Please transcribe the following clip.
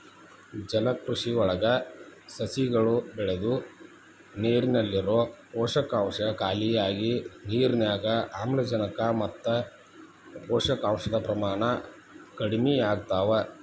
ಜಲಕೃಷಿಯೊಳಗ ಸಸಿಗಳು ಬೆಳದು ನೇರಲ್ಲಿರೋ ಪೋಷಕಾಂಶ ಖಾಲಿಯಾಗಿ ನಿರ್ನ್ಯಾಗ್ ಆಮ್ಲಜನಕ ಮತ್ತ ಪೋಷಕಾಂಶದ ಪ್ರಮಾಣ ಕಡಿಮಿಯಾಗ್ತವ